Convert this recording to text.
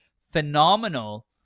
phenomenal